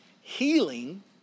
healing